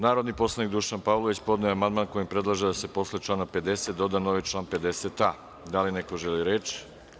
Narodni poslanik Dušan Pavlović podneo je amandman kojim predlaže da se posle člana 50. doda novi član 50a. Da li neko želi reč?